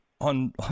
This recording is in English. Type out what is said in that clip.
on